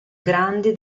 grandi